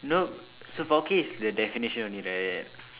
nope so four K is the definition only right